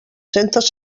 centes